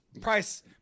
Price